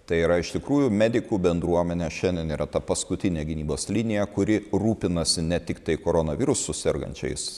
tai yra iš tikrųjų medikų bendruomenė šiandien yra ta paskutinė gynybos linija kuri rūpinasi ne tiktai koronavirusu sergančiais